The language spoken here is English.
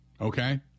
okay